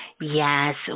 Yes